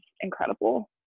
incredible